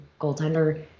goaltender